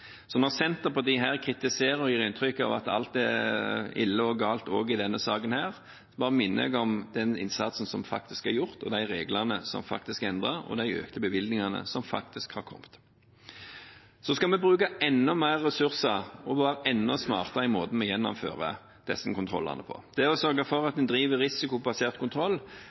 Så når Senterpartiet kritiserer oss og gir inntrykk av at alt er ille og galt, også i denne saken, bare minner jeg om den innsatsen som faktisk er gjort, de reglene som faktisk er endret, og de økte bevilgningene som faktisk har kommet. Så skal vi bruke enda mer ressurser og være enda smartere i måten vi gjennomfører disse kontrollene på. Det er ved å sørge for at man driver risikobasert kontroll,